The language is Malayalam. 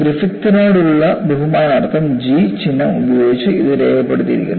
ഗ്രിഫിത്തിനോടുള്ള ബഹുമാനാർത്ഥം G ചിഹ്നം ഉപയോഗിച്ച് ഇത് രേഖപ്പെടുത്തിയിരിക്കുന്നു